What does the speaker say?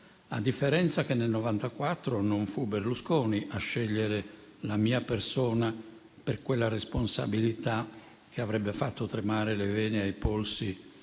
A differenza che nel 1994, non fu Berlusconi a scegliere la mia persona per quella responsabilità che avrebbe fatto tremare le vene ai polsi